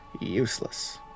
useless